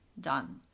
done